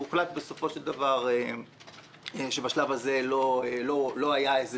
הוחלט בסופו של דבר שבשלב הזה לא נמצא איזה